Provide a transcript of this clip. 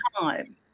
time